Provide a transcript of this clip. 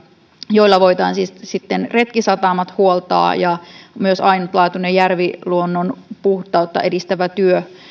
joilla voitaisiin sitten retkisatamat huoltaa ja myös ainutlaatuinen järviluonnon puhtautta edistävä työ voisi